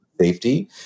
safety